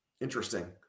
Interesting